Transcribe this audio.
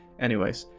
anyways,